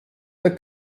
der